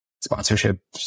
sponsorship